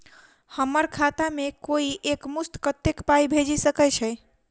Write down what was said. हम्मर खाता मे कोइ एक मुस्त कत्तेक पाई भेजि सकय छई?